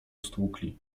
stłukli